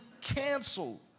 canceled